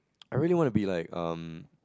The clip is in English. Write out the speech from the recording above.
I really want to be like um